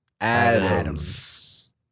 Adams